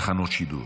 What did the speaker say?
תחנות שידור?